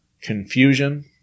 confusion